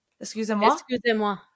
Excusez-moi